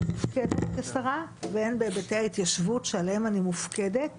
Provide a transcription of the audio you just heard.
מופקדת כשרה והן בהיבטי ההתיישבות עליהם אני מופקדת